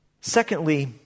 Secondly